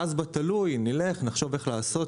ואז בתלוי נלך ונחשוב איך לעשות,